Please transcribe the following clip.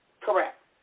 Correct